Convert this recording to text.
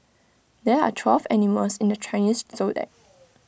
there are twelve animals in the Chinese Zodiac